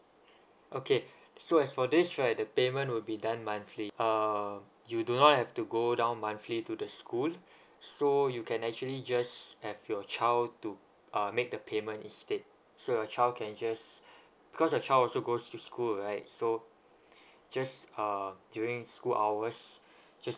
okay so as for this right the payment will be done monthly err you do not have to go down monthly to the school so you can actually just have your child to uh make the payment instead so your child can just because your child also goes to school right so just uh during the school hours just